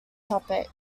topic